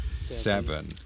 Seven